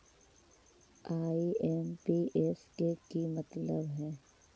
IMPS के कि मतलब है?